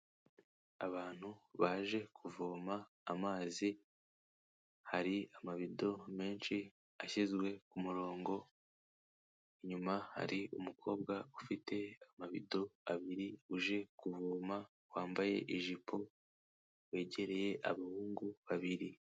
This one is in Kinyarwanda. Abantu baje kuvoma amazi hari amabido menshi ashyizwe ku murongo, inyuma hari umukobwa ufite amabido abiri uje kuvoma wambaye ijipo, wegereye abahungu babiri.